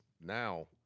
now